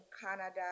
Canada